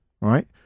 right